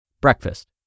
Breakfast